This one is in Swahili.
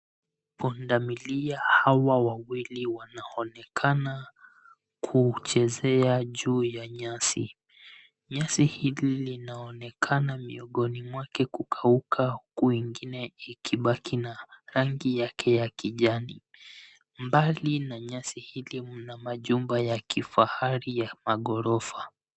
Pundamilia hawa wawili wanaonekana kuchezea juu ya nyasi. Nyasi hili inaonekana miongoni mwake kukauka huku ingine ikibaki na rangi yake ya kijani. Mbali na nyasi hili mna jumba ya kifahari ya maghorofa.